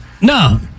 No